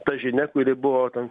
ta žinia kuri buvo ten